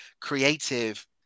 creative